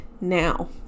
now